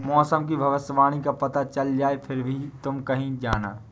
मौसम की भविष्यवाणी का पता चल जाए फिर ही तुम कहीं जाना